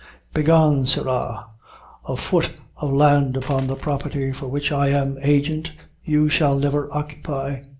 begone, sirra a foot of land upon the property for which i am agent you shall never occupy.